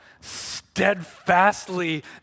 steadfastly